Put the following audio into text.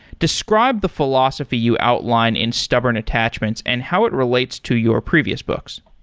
describe the philosophy you outline in stubborn attachments and how it relates to your previous books.